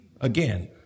Again